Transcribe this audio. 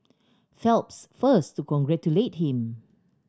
Phelps first to congratulate him